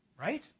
Right